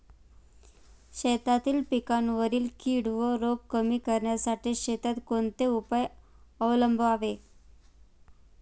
शेतातील पिकांवरील कीड व रोग कमी करण्यासाठी शेतात कोणते उपाय अवलंबावे?